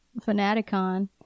Fanaticon